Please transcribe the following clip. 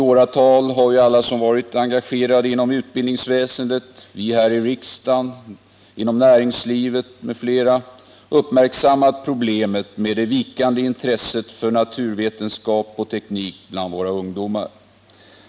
I åratal har alla som varit engagerade inom utbildningsväsendet, vi här i riksdagen, näringslivet m.fl., uppmärksammat problemet med det vikande intresset för naturvetenskap och teknik bland våra ungdomar.